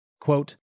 Quote